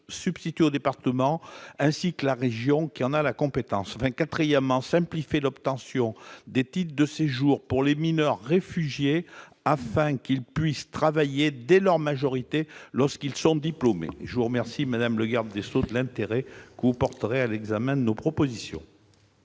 substituer au département, ainsi que la région, qui en a la compétence. Il faudrait, quatrièmement, simplifier l'obtention des titres de séjour pour les mineurs réfugiés, afin que ceux-ci puissent travailler dès leur majorité lorsqu'ils sont diplômés. Je vous remercie, madame la garde des sceaux, de l'intérêt que vous voudrez bien porter à l'examen de nos propositions.